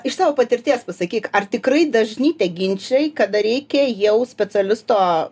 iš savo patirties pasakyk ar tikrai dažni tie ginčai kada reikia jau specialisto